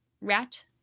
rat